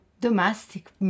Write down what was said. domestic